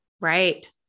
Right